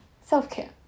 self-care